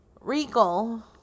Regal